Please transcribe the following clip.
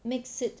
makes it